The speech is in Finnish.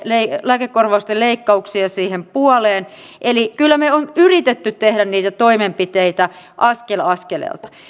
lääkekorvausten leikkauksia siihen puoleen eli kyllä me olemme yrittäneet tehdä niitä toimenpiteitä askel askeleelta